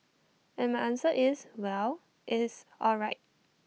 and my answer is well he's all right